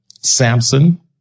Samson